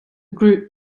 group